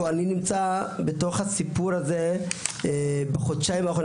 אני בסיפור הזה בחודשיים האחרונים.